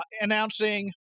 announcing